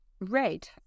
Red